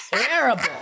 terrible